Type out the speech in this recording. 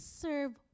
serve